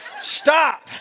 Stop